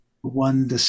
one